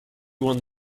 one